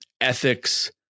ethics